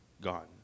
gone